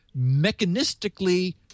mechanistically